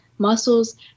muscles